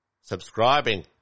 Subscribing